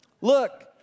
Look